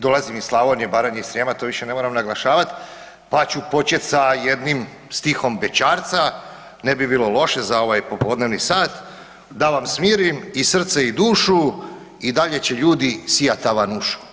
Dolazim iz Slavonije, Baranje i Srijema, to više ne moram naglašavati pa ću početi sa jednim stihom bećarca, ne bi bilo loše za ovaj popodnevni sat, da vam smirim i srce i dušu, i dalje će ljudi sijat tavanušu.